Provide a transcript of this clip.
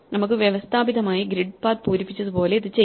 നമുക്ക് വ്യവസ്ഥാപിതമായി grid path പൂരിപ്പിച്ചത് പോലെ ഇത് ചെയ്യാം